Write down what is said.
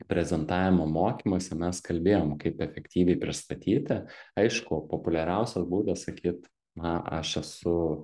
prezentavimo mokymuose mes kalbėjom kaip efektyviai pristatyti aišku populiariausias būdas sakyt na aš esu